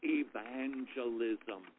evangelism